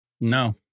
No